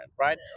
right